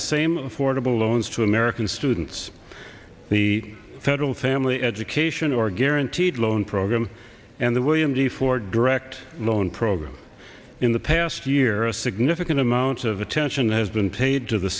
the same affordable loans to american students the federal family education or guaranteed loan program and the william d for direct loan program in the past year a significant amount of attention has been paid to the